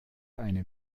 eine